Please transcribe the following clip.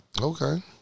Okay